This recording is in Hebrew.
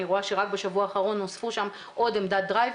אני רואה שרק בשבוע האחרון נוספו שם עוד עמדת דרייב